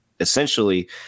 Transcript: Essentially